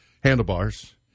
handlebars